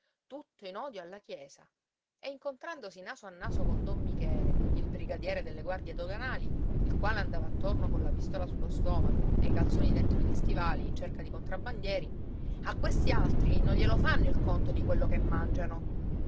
tutto in odio alla chiesa e incontrandosi naso a naso con don michele il brigadiere delle guardie doganali il quale andava attorno colla pistola sullo stomaco e i calzoni dentro gli stivali in cerca di contrabbandieri a questi altri non glielo fanno il conto di quel che mangiano